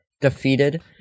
Defeated